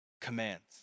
commands